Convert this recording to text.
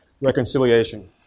reconciliation